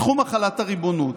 בתחום החלת הריבונות.